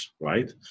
right